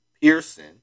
Pearson